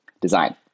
design